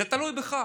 זה תלוי בך.